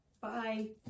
bye